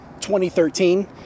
2013